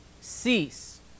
Cease